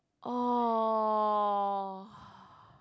!aww!